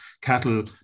cattle